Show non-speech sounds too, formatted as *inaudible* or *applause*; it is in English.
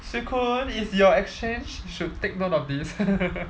swee koon it's your exchange you should take note of this *laughs*